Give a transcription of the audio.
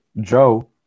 Joe